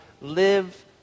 Live